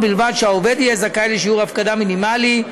ובלבד שהעובד יהיה זכאי לשיעור הפקדה מינימלי,